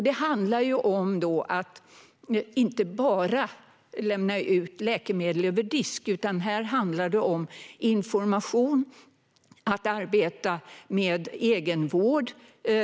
Det handlar inte bara om att lämna ut läkemedel över disk, utan det handlar också om information och om att arbeta med egenvård.